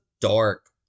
dark